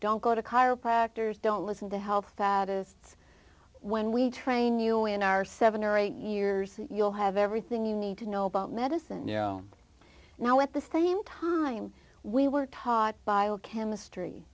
don't go to chiropractors don't listen to help faddists when we train you in our seven or eight years you'll have everything you need to know about medicine now at the same time we were taught biochemistry